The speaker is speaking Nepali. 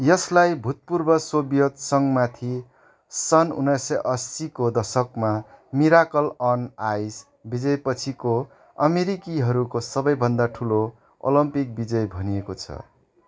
यसलाई भूतपूर्व सोभियत सङ्घमाथि सन् उन्नाइसय असीको दशकमा मिराकल अन आइस विजयपछिको अमेरिकीहरूको सबैभन्दा ठुलो ओलम्पिक विजय भनिएको छ